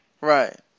Right